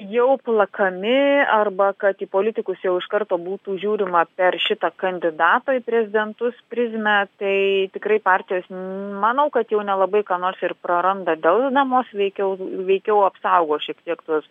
jau plakami arba kad į politikus jau iš karto būtų žiūrima per šitą kandidato į prezidentus prizmę tai tikrai partijos manau kad jau nelabai ką nors ir praranda delsdamos veikiau veikiau apsaugo šiek tiek tuos